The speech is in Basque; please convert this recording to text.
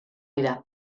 dira